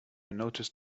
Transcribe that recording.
noticed